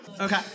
Okay